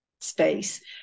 space